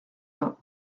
vingt